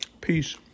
Peace